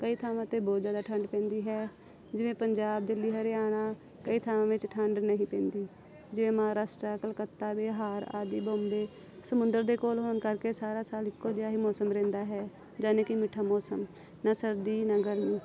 ਕਈ ਥਾਵਾਂ 'ਤੇ ਬਹੁਤ ਜ਼ਿਆਦਾ ਠੰਡ ਪੈਂਦੀ ਹੈ ਜਿਵੇਂ ਪੰਜਾਬ ਦਿੱਲੀ ਹਰਿਆਣਾ ਕਈ ਥਾਵਾਂ ਵਿੱਚ ਠੰਡ ਨਹੀਂ ਪੈਂਦੀ ਜਿਵੇਂ ਮਹਾਰਾਸ਼ਟਰ ਕਲਕੱਤਾ ਬਿਹਾਰ ਆਦਿ ਬੰਬੇ ਸਮੁੰਦਰ ਦੇ ਕੋਲ ਹੋਣ ਕਰਕੇ ਸਾਰਾ ਸਾਲ ਇੱਕੋ ਜਿਹਾ ਹੀ ਮੌਸਮ ਰਹਿੰਦਾ ਹੈ ਯਾਨੀ ਕਿ ਮਿੱਠਾ ਮੌਸਮ ਨਾ ਸਰਦੀ ਨਾ ਗਰਮੀ